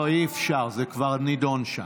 לא, אי-אפשר, זה כבר נדון שם.